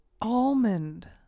Almond